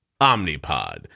Omnipod